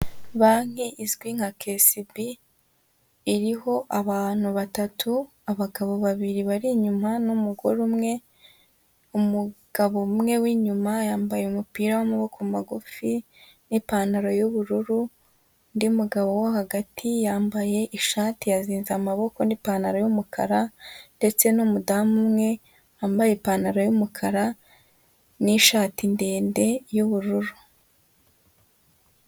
Banki izwi nka KCB iriho abantu batatu abagabo babiri bari inyuma n'umugore umwe, umugabo umwe w'inyuma yambaye umupira w'amaboko magufi n'ipantaro y'ubururu, undi mugabo wo hagati yambaye ishati yazinze amaboko n'ipantaro y'umukara ndetse n'umudamu umwe wambaye ipantaro y'umukara n'ishati ndende y'ubururu.